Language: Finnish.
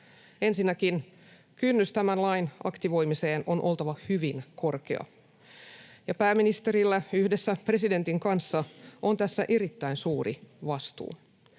Ensinnäkin kynnyksen tämän lain aktivoimiseen on oltava hyvin korkea, ja pääministerillä yhdessä presidentin kanssa on tässä erittäin suuri vastuu.